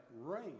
rain